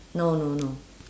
no no no